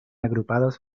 agrupados